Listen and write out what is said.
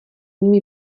nimi